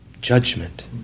Judgment